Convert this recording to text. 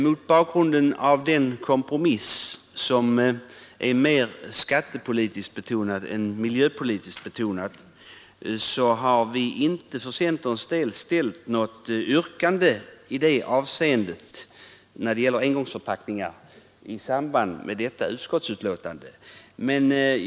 Mot bakgrund av den kompromiss, som är mer skattepolitiskt än miljöpolitiskt betonad, har vi från centern inte ställt något yrkande när det gäller engångsförpackningar i samband med detta utskottsbetänkande.